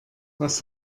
was